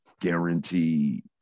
Guaranteed